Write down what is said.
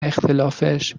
اخلاقش